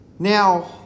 Now